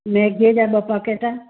मैगीअ जा ॿ पकैट